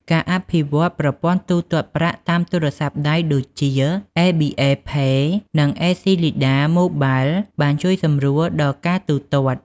ការអភិវឌ្ឍប្រព័ន្ធទូទាត់ប្រាក់តាមទូរស័ព្ទដៃដូចជា ABA Pay និង អេស៊ីលីដា Acleda Mobile បានជួយសម្រួលដល់ការទូទាត់។